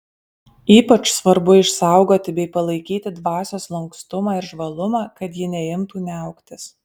ypač svarbu išsaugoti bei palaikyti dvasios lankstumą ir žvalumą kad ji neimtų niauktis